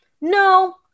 no